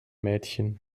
mädchen